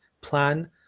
plan